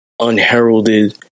unheralded